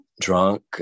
drunk